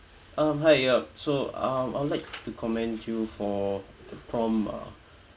um hi ya so um I'll like to commend you for the prompt uh